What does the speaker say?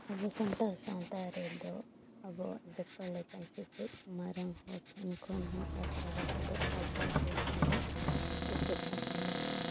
ᱟᱞᱮ ᱥᱟᱱᱛᱟᱲ ᱥᱟᱶᱛᱟ ᱨᱮᱫᱚ ᱟᱵᱚᱣᱟᱜ ᱡᱚᱛᱚ ᱞᱮᱠᱟᱱ ᱥᱮᱪᱮᱫ ᱢᱟᱨᱟᱝ ᱦᱚᱲ ᱴᱷᱮᱱ ᱠᱷᱚᱱ ᱦᱚᱸ ᱟᱨ ᱛᱟᱨᱟ ᱠᱚᱫᱚ ᱟᱵᱚ ᱛᱮᱦᱚᱸ ᱵᱚ ᱥᱮᱪᱮᱫ ᱟᱠᱟᱱᱟ